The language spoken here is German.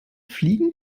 fliegen